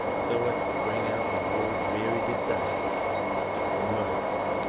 so as to bring out the word very decided murder!